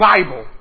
Bible